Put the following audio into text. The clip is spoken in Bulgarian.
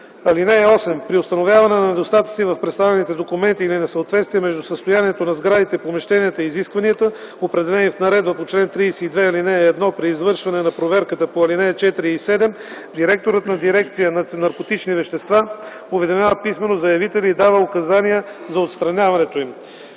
(8) При установяване на недостатъци в представените документи или несъответствие между състоянието на сградите и помещенията и изискванията, определени в наредбата по чл. 32, ал. 1 при извършване на проверките по ал. 4 и 7, директорът на дирекция „Наркотични вещества” уведомява писмено заявителя и дава указания за отстраняването им.